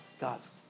God's